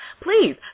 Please